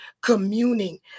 communing